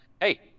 hey—